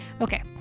Okay